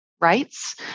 rights